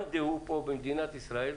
מאן דהו פה במדינת ישראל,